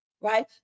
right